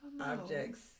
objects